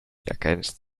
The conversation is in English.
against